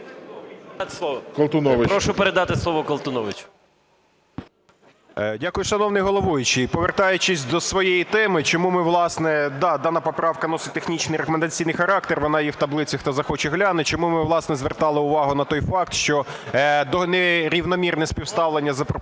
Прошу передати слово Колтуновичу.